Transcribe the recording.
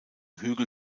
hügel